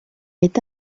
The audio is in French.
est